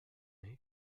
may